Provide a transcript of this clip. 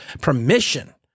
permission